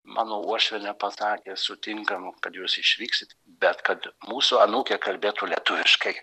mano uošvienė pasakė sutinkam kad jūs išvyksit bet kad mūsų anūkė kalbėtų lietuviškai